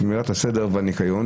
שמירת הסדר והניקיון,